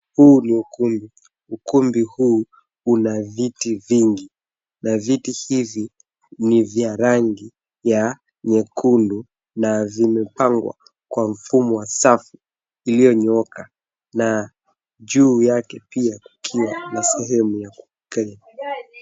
Huu ni ukumbi. Ukumbi huu una viti vingi, na viti hivi ni vya rangi ya nyekundu na zimepangwa kwa mfumo wa safu iliyonyooka. Na juu yake pia kukiwa na sehemu ya kuketi.